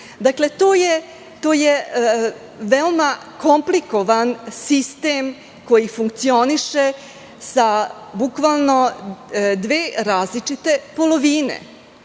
poslove. To je veoma komplikovan sistem koji funkcioniše sa bukvalno dve različite polovine.